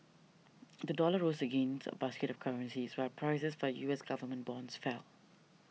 the dollar rose against a basket of currencies prices for U S government bonds fell